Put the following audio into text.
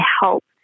help